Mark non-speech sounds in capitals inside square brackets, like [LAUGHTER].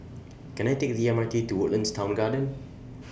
[UNINTELLIGIBLE] [NOISE] [UNINTELLIGIBLE] Can I Take The MRT to Woodlands Town Garden